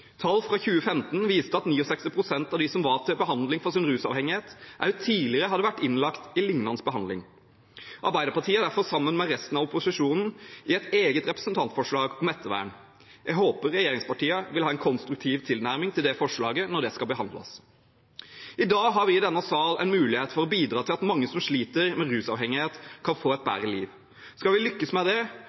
Tall fra 2015 viser at 69 pst. av dem som var til behandling for sin rusavhengighet, også tidligere hadde vært innlagt til lignende behandling. Arbeiderpartiet har derfor sammen med resten av opposisjonen fremmet et eget representantforslag om ettervern. Jeg håper regjeringspartiene vil ha en konstruktiv tilnærming til det forslaget når det skal behandles. I dag har vi i denne sal en mulighet til å bidra til at mange som sliter med rusavhengighet, kan få et bedre liv. Skal vi lykkes med det,